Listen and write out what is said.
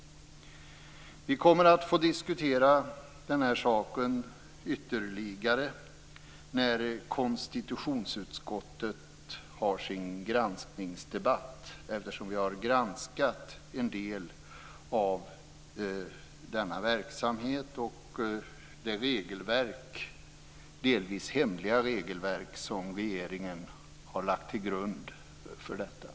Vi kommer att få diskutera denna fråga ytterligare när konstitutionsutskottet har sin granskningsdebatt. Vi har granskat en del av denna verksamhet och det delvis hemliga regelverk som regeringen har lagt till grund för detta.